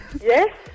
Yes